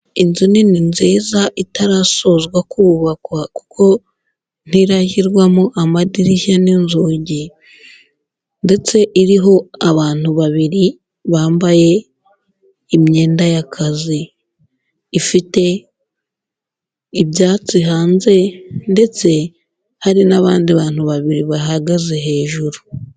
Inzu nini nziza itarasozwa kubakwa kuko ntirashyirwamo amadirishya n'inzugi ndetse iriho abantu babiri bambaye imyenda y'akazi. Ifite ibyatsi hanze ndetse hari n'abandi bantu babiri bahagaze hejuru.